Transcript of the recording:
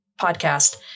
podcast